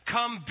Come